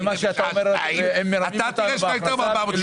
כמו שכבר אמרת, זה באמת לא דומה לשנה